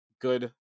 good